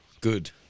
good